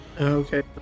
Okay